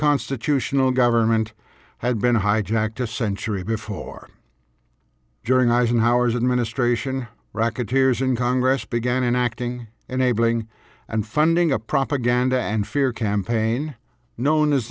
constitutional government had been hijacked a century before during eisenhower's administration racketeers in congress began acting enabling and funding a propaganda and fear campaign known as